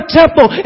temple